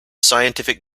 scientific